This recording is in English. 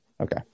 Okay